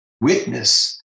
witness